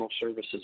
services